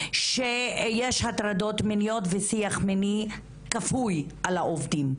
שיש הטרדות מיניות ושיח מיני כפוי על העובדים.